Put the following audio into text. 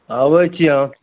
अबैत छियै